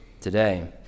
today